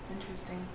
Interesting